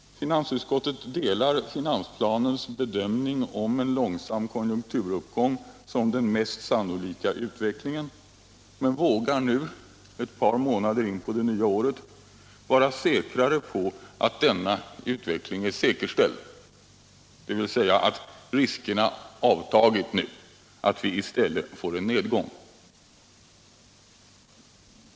Finansutskottet delar denna bedömning om en långsam konjunkturuppgång som den mest sannolika utvecklingen och vågar dessutom nu — ett par månader in på det nya året — vara mera säker på att denna utveckling är säkerställd, dvs. att riskerna har avtagit för att vi i stället får en nedgång.